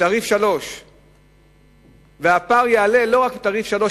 ותעריף 3. הפער יעלה לא רק לתעריף 3,